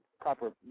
proper